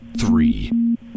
three